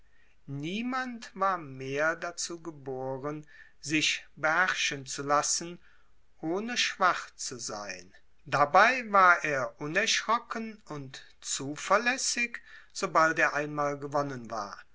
niemand war mehr dazu geboren sich beherrschen zu lassen ohne schwach zu sein dabei war er unerschrocken und zuverlässig sobald er einmal gewonnen war